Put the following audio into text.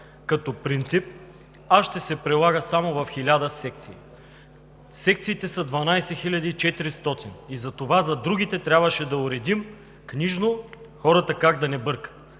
като принцип, а ще се прилага само в 1000 секции. Секциите са 12 400 и затова за другите трябваше да уредим книжно – как да не бъркат